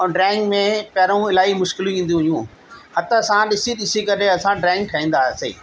ऐं ड्राईंग में पहिरियों इलाही मुश्किलूं ईंदियूं हुयूं हथ सां ॾिसी ॾिसी करे असां ड्राईंग ठाहींदा हुआसीं